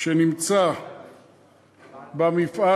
שנמצא במפעל,